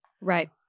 Right